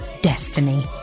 destiny